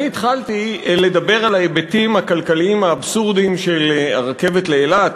אני התחלתי לדבר על ההיבטים הכלכליים האבסורדיים של הרכבת לאילת,